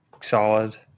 solid